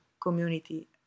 community